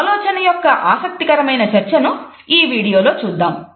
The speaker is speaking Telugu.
ఈ ఆలోచన యొక్క ఆసక్తికరమైన చర్చను ఈ వీడియోలో చూద్దాం